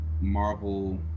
Marvel